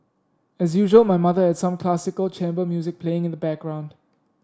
as usual my mother had some classical chamber music playing in the background